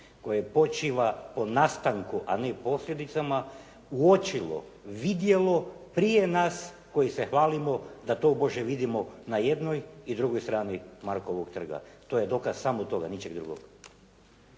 koje počiva po nastanku, a ne posljedicama, uočilo, vidjelo prije nas koji se hvalimo da tobože vidimo na jednoj i drugoj stani Markovog trga. To je dokaz samo toga, ničeg drugog.